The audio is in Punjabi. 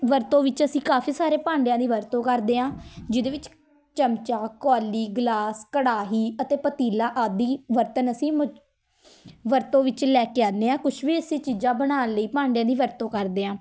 ਵਰਤੋਂ ਵਿੱਚ ਅਸੀਂ ਕਾਫ਼ੀ ਸਾਰੇ ਭਾਂਡਿਆਂ ਦੀ ਵਰਤੋਂ ਕਰਦੇ ਹਾਂ ਜਿਹਦੇ ਵਿੱਚ ਚਮਚਾ ਕੋਲੀ ਗਲਾਸ ਕੜਾਹੀ ਅਤੇ ਪਤੀਲਾ ਆਦਿ ਬਰਤਨ ਅਸੀਂ ਵਰਤੋਂ ਵਿੱਚ ਲੈ ਕੇ ਆਉਂਦੇ ਹਾਂ ਕੁਛ ਵੀ ਅਸੀਂ ਚੀਜ਼ਾਂ ਬਣਾਉਣ ਲਈ ਭਾਂਡਿਆਂ ਦੀ ਵਰਤੋਂ ਕਰਦੇ ਹਾਂ